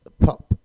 Pop